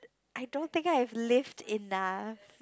I don't think I've lived enough